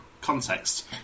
Context